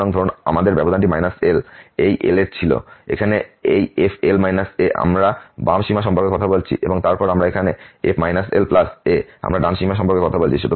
সুতরাং ধরুন আমাদের ব্যবধানটি -L এই L এর ছিল এখানে এই f এ আমরা বাম সীমা সম্পর্কে কথা বলছি এবং তারপর এখানে f L এ আমরা ডান সীমা সম্পর্কে কথা বলছি